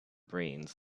brains